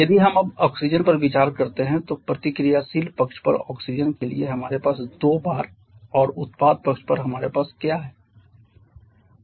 यदि हम अब ऑक्सीजन पर विचार करते हैं तो प्रतिक्रियाशील पक्ष पर ऑक्सीजन के लिए हमारे पास दो बार और उत्पाद पक्ष पर हमारे पास क्या है